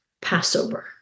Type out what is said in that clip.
Passover